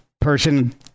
person